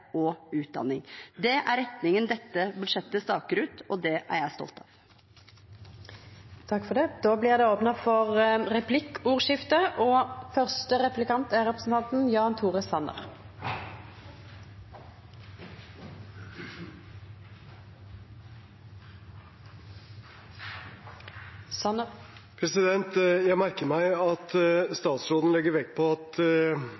og utdanning. Det er retningen dette budsjettet staker ut, og det er jeg stolt av. Det blir replikkordskifte. Jeg merker meg at statsråden legger vekt på at regjeringen vil ha mindre sosiale forskjeller. Det er ingen tvil om at